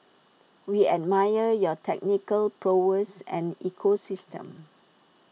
we admire your technical prowess and ecosystem